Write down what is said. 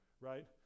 right